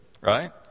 right